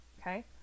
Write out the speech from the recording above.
Okay